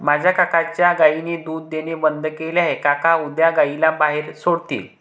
माझ्या काकांच्या गायीने दूध देणे बंद केले आहे, काका उद्या गायीला बाहेर सोडतील